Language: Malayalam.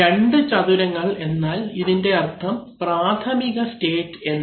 2 ചതുരങ്ങൾ വന്നാൽ ഇതിൻറെ അർത്ഥം പ്രാഥമിക സ്റ്റേറ്റ് എന്നാണ്